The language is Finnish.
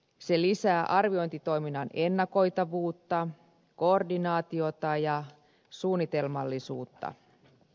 se lisää arviointitoiminnan ennakoitavuutta koordinaatiota ja suunnitelmallisuutta